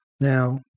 Now